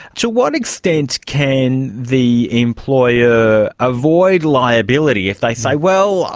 to what extent can the employer avoid liability if they say, well,